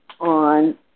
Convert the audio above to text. on